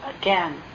again